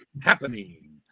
happening